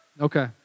Okay